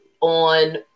on